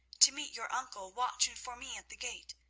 to meet your uncle watching for me at the gate.